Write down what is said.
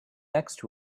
next